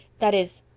that is,